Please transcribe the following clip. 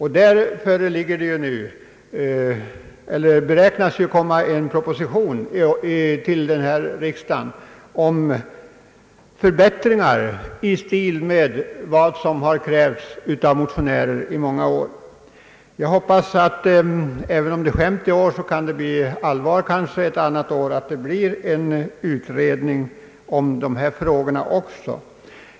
I den frågan räknar man med att en proposition rörande förbättringar i stil med vad som krävts av motionärer i många år skall föreläggas denna riksdag. Jag hoppas att även om den utredning som det här gäller uppfattas som skämt i år, så kan den bli allvar ett annat år.